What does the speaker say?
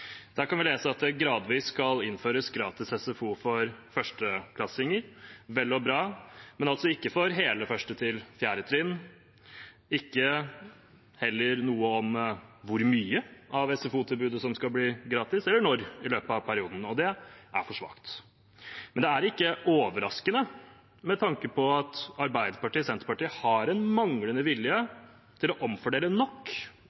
Der kan vi lese at det gradvis skal innføres gratis SFO for førsteklassinger. Vel og bra, men altså ikke for hele 1.–4. trinn, ikke heller noe om hvor mye av SFO-tilbudet som skal bli gratis, eller når i løpet av perioden. Det er for svakt. Men det er ikke overraskende med tanke på at Arbeiderpartiet og Senterpartiet har en manglende vilje til å omfordele nok